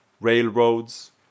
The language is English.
railroads